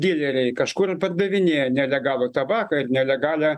dyleriai kažkur pardavinėja nelegalų tabaką ir nelegalią